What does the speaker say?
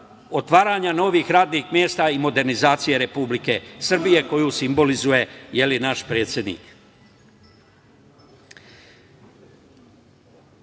otvaranja novih radnih mesta i modernizacije Republike Srbije, koju simbolizuje naš predsednik. Sa